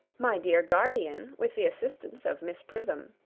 my dear guardian, with the assistance of miss prism,